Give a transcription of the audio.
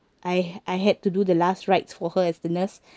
I I had to do the last rites for her as the nurse